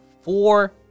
four